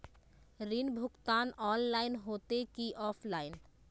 ऋण भुगतान ऑनलाइन होते की ऑफलाइन?